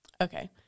Okay